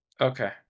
Okay